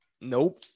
Nope